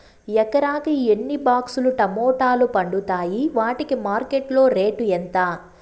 ఎకరాకి ఎన్ని బాక్స్ లు టమోటాలు పండుతాయి వాటికి మార్కెట్లో రేటు ఎంత?